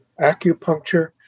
acupuncture